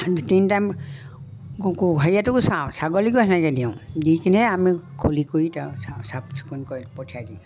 তিনি টাইম হেৰিয়াটো চাওঁ ছাগলীকো তেনেকৈ দিওঁ দি কিনে আমি খুলি কৰি চাফ চিকুণ কৰি পঠিয়াই দিওঁ